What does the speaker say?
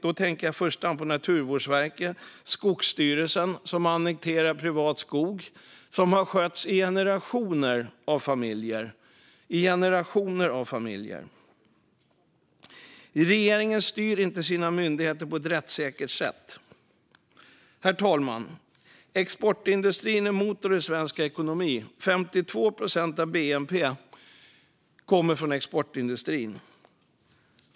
Då tänker jag i första hand på Naturvårdsverket och Skogsstyrelsen, som annekterar privat skog som har skötts i generationer av familjer. Regeringen styr inte sina myndigheter på ett rättssäkert sätt. Herr talman! Exportindustrin är en motor i svensk ekonomi. 52 procent av bnp kommer från exportindustrin.